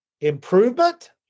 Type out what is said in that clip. improvement